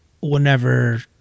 whenever